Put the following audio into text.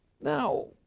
Now